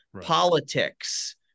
Politics